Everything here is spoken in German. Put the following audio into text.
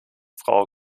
frau